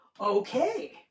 okay